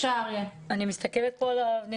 אני מסתכלת פה על הנתונים,